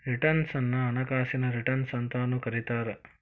return ಅನ್ನ ಹಣಕಾಸಿನ return ಅಂತಾನೂ ಕರಿತಾರ